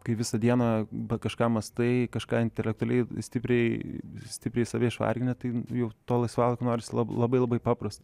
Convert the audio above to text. kai visą dieną ba kažką mąstai kažką intelektualiai stipriai stipriai save išvargini tai jau to laisvalaiko norisi la labai labai paprasto